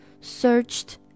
searched